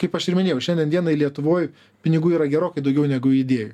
kaip aš ir minėjau šiandien dienai lietuvoj pinigų yra gerokai daugiau negu idėjų